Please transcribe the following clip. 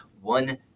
one